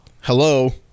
hello